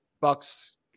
bucks